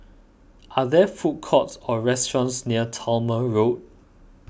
are there food courts or restaurants near Talma Road